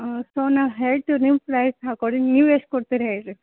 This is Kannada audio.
ಸೊ ನಾವು ಹೇಳ್ತೀವಿ ರೀ ನೀವು ಪ್ರೈಸ್ ಹಾಕಿಕೊಡಿ ನೀವು ಎಷ್ಟು ಕೊಡ್ತೀರ ಹೇಳಿ ರೀ